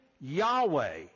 Yahweh